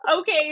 Okay